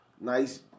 nice